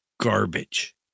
garbage